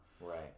Right